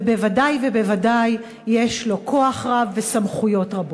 וודאי וודאי יש לו כוח רב וסמכויות רבות.